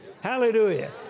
Hallelujah